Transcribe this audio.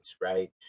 right